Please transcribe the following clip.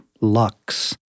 Lux